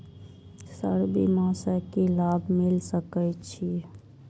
Sir बीमा से की लाभ मिल सके छी?